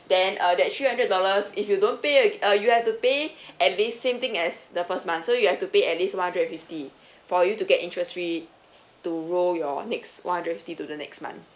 then uh that three hundred dollars if you don't pay uh you have to pay at least same thing as the first month so you have to pay at least one hundred and fifty for you to get interest free to roll your next one hundred fifty to the next month